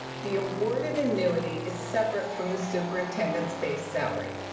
the awarded annuity is separate from the superintendent's base salary,